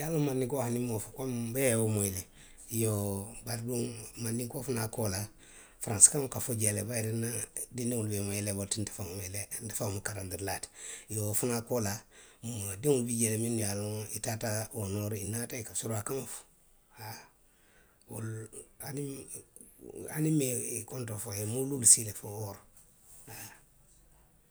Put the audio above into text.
I ye a loŋ mandinko hani nmaŋ wo fo, nbee ye wo moyi le. Iyoo bari duŋ mandinkoo fanaŋ koolaa, faransi kaŋo ka fo jee le, bayiri nna dindiŋolu mu eleewoo ti le nte faŋo mu karandirilaa ti. Iyoo wo fanaa koolaa, moolu diŋolu bi jee le minnu ye a loŋ i taata oo noori i naata i ka suruwaa kaŋo fo, haa. Wolu, aniŋ minnu, aniŋ, hani nmaŋ i konto fo i ňe, i ye moo luulu sii le fo wooro., haa